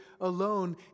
alone